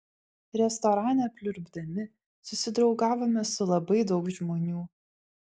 restorane pliurpdami susidraugavome su labai daug žmonių